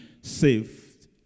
saved